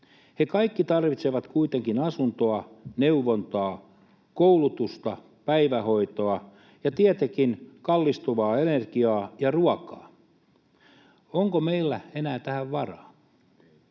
He kaikki tarvitsevat kuitenkin asunnon, neuvontaa, koulutusta, päivähoitoa ja tietenkin kallistuvaa energiaa ja ruokaa. Onko meillä enää varaa